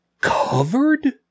covered